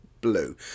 blue